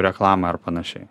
reklamą ar panašiai